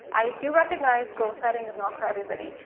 i do recognize goal-setting is not for everybody.